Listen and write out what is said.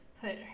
put